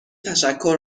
تشکر